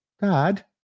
Dad